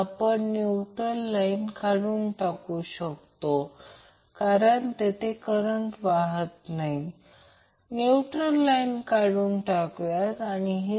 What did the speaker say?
आता जर त्याचप्रमाणे या फेजर आकृतीकडे बघितले तर समजा तेथे खूप सोपे आहे फक्त समजून घेणे आवश्यक आहे